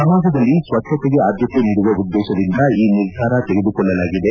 ಸಮಾಜದಲ್ಲಿ ಸ್ವಭ್ಗತೆಗೆ ಆದ್ಲತೆ ನೀಡುವ ಉದ್ಲೇಶದಿಂದ ಈ ನಿರ್ಧಾರ ತೆಗೆದುಕೊಳ್ಳಲಾಗಿದೆ